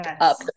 up